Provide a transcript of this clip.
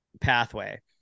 pathway